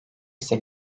ise